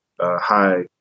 high